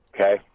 okay